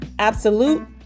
absolute